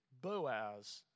Boaz